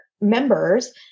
members